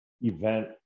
event